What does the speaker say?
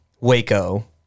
Waco